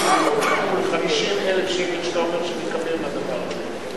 דירות מה-50,000 שקל שאתה אומר שתקבל מהדבר הזה,